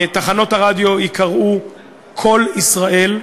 תחנות הרדיו ייקראו "קול ישראל",